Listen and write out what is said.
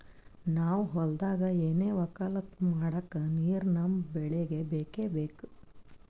ನಾವ್ ಹೊಲ್ದಾಗ್ ಏನೆ ವಕ್ಕಲತನ ಮಾಡಕ್ ನೀರ್ ನಮ್ ಬೆಳಿಗ್ ಬೇಕೆ ಬೇಕು